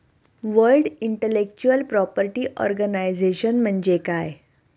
World intellectual property organisation म्हणजे काय?